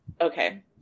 okay